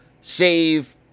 save